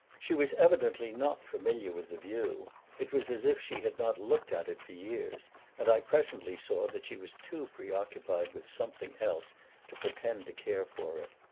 she was evidently not familiar with the view it was as if she had not looked at it for years and i presently saw that she was too preoccupied with something else to pretend to care for it.